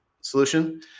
solution